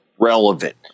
relevant